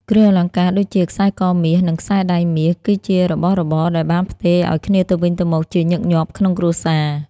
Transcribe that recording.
គ្រឿងអលង្ការដូចជា ខ្សែកមាស និង ខ្សែដៃមាស គឺជារបស់របរដែលបានផ្ទេរឲ្យគ្នាទៅវិញទៅមកជាញឹកញាប់ក្នុងគ្រួសារ។